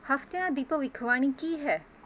ਹਫ਼ਤਿਆਂ ਦੀ ਭਵਿੱਖਬਾਣੀ ਕੀ ਹੈ